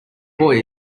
boy